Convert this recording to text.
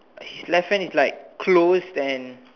his left hand is like closed and